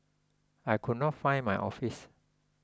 I could not find my office